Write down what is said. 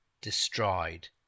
destroyed